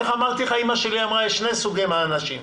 אימא שלי אמרה שיש שני סוגי אנשים,